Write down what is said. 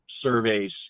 surveys